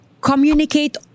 communicate